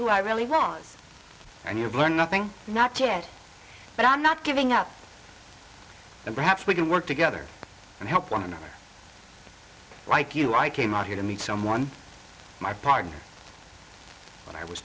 who i really was and you have learned nothing not yet but i'm not giving up and perhaps we can work together and help one another like you i came out here to meet someone my partner but i was